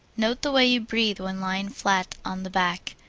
note the way you breathe when lying flat on the back,